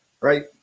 Right